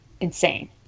insane